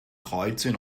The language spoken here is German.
dreizehn